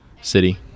city